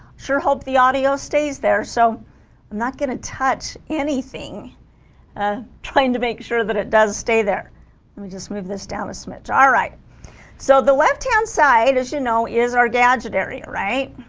sure hope the audio stays there so i'm not going to touch anything ah trying to make sure that it does stay there let me just move this down a smidge all right so the left-hand side as you know is our gadget area right